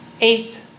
Eight